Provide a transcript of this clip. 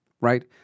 right